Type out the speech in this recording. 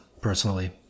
personally